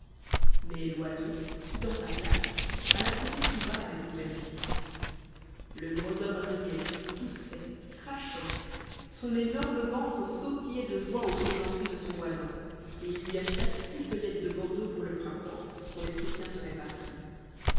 mais loiseau quittant sa place alla causer tout bas avec l'aubergiste le gros homme riait toussait crachait son énorme ventre sautillait de joie aux plaisanteries de son voisin et il lui acheta six feuillettes de bordeaux pour le printemps quand les prussiens seraient partis